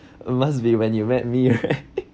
it must be when you met me right